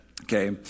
Okay